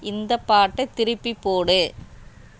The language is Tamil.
இந்த பாட்டை திருப்பி போடு